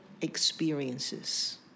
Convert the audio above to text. experiences